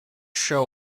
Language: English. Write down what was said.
show